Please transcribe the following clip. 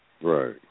Right